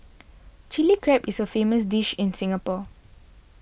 Chilli Crab is a famous dish in Singapore